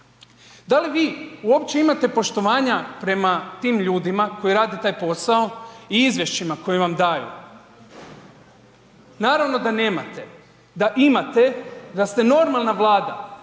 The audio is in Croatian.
Da li vi uopće imate poštovanja prema tim ljudima koji rade taj posao i izvješćima koje vam daju? Naravno da nemate. Da imate, da ste normalna Vlada,